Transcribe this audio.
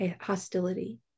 hostility